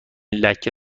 لکه